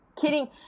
Kidding